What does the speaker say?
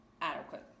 adequate